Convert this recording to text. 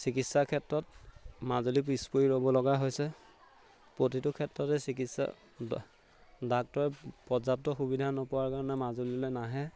চিকিৎসাৰ ক্ষেত্ৰত মাজুলী পিছ পৰি ৰ'ব লগা হৈছে প্ৰতিটো ক্ষেত্ৰতে চিকিৎসা ডাক্তৰে পৰ্যাপ্ত সুবিধা নোপোৱাৰ কাৰণে মাজুলীলে নাহে